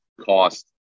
cost